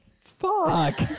Fuck